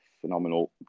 phenomenal